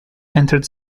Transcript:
entered